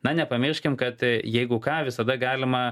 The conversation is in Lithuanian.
na nepamirškim kad jeigu ką visada galima